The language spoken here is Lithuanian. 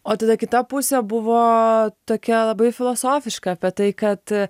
o tada kita pusė buvo tokia labai filosofiška apie tai kad